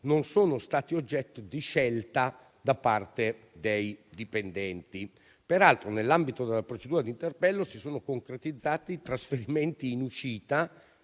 non sono stati oggetto di scelta da parte dei dipendenti. Peraltro, nell'ambito della procedura di interpello, si sono concretizzati trasferimenti in uscita